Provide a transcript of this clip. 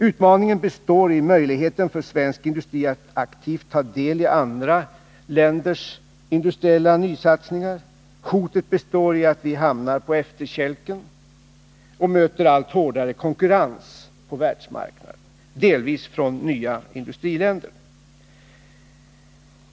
Utmaningen består i möjligheten för svensk industri att aktivt ta del i andra länders industriella nysatsningar. Hotet består i att vi hamnar på efterkälken och möter allt hårdare konkurrens på världsmarknaden, delvis från nya industriländer.